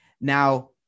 now